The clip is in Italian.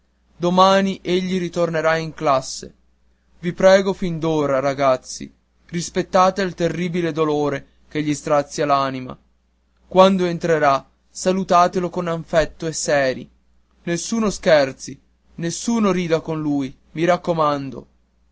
madre domani egli ritornerà in classe i prego fin d'ora ragazzi rispettate il terribile dolore che gli strazia l'anima quando entrerà salutatelo con affetto e seri nessuno scherzi nessuno rida con lui mi raccomando